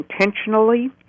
intentionally